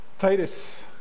Titus